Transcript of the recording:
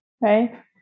right